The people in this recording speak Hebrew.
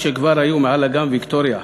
רק כשכבר היו מעל אגם ויקטוריה